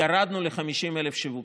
ירדנו ל-50,000 שיווקים,